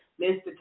Mr